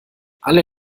alle